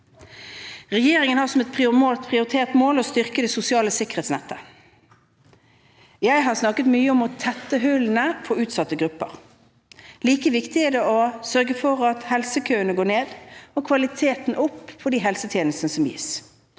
Regjeringen har som et prioritert mål å styrke det sosiale sikkerhetsnettet. Jeg har snakket mye om å tette hullene for utsatte grupper. Like viktig er det å sørge for at helsekøene går ned og kvaliteten går opp for de helsetjenestene som gis.